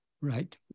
Right